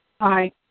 Aye